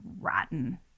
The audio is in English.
rotten